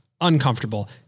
uncomfortable